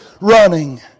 running